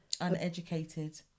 uneducated